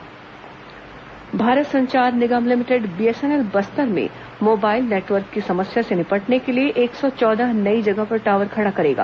Bastar three G tower Bharat Sanchar Nigam limited BSNL Bastar में mobile network की समस्या से निपटने के लिए एक सौ चौदह नई जगह पर टॉवर खड़ा करेगा